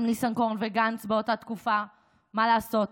גם ניסנקורן וגנץ באותה תקופה, מה לעשות,